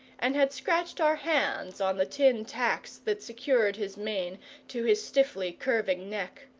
and had scratched our hands on the tin tacks that secured his mane to his stiffly-curving neck.